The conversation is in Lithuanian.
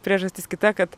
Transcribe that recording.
priežastis kita kad